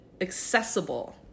accessible